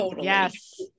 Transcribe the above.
Yes